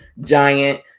giant